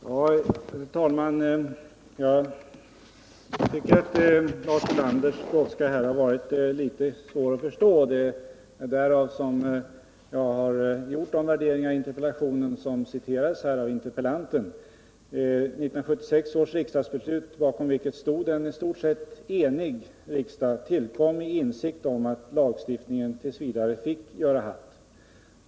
Herr talman! Jag tycker att Lars Ulanders brådska varit litet svår att förstå. Det är därför som jag har gjort de värderingar i svaret som nu citerats av interpellanten. 1976 års riksdagsbeslut, bakom vilket stod en i stort sett enig riksdag, tillkom under insikt om att lagstiftningen t. v. fick göra halt.